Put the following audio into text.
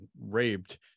raped